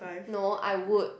no I would